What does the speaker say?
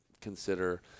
consider